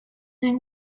than